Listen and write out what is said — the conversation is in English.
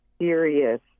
serious